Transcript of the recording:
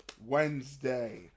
Wednesday